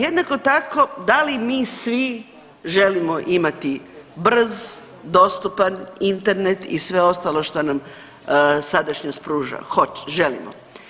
Jednako tako da li mi svi želimo imati brz, dostupan internet i sve ostalo što nam sadašnjost pruža, hot, želimo.